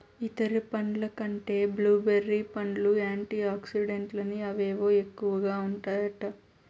ఇతర పండ్ల కంటే బ్లూ బెర్రీ పండ్లల్ల యాంటీ ఆక్సిడెంట్లని అవేవో ఎక్కువగా ఉంటాయట